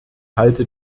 halte